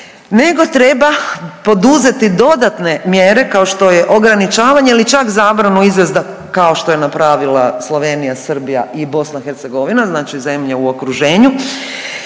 nego treba poduzeti dodatne mjere kao što je ograničavanje ili čak zabranu izvoza, kao što je napravila Slovenija, Srbija i BiH, znači zemlje u okruženju